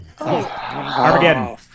Armageddon